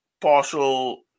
partial